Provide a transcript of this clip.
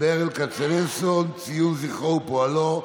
ברל כצנלסון (ציון זכרו ופועלו),